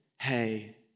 hey